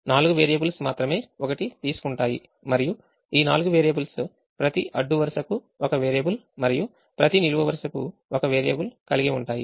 నాలుగు వేరియబుల్స్ మాత్రమే ఒకటి తీసుకుంటాయి మరియు ఈ నాలుగు వేరియబుల్స్ ప్రతి అడ్డు వరుసకు ఒక వేరియబుల్ మరియు ప్రతినిలువు వరుసకు ఒక వేరియబుల్ కలిగి ఉంటాయి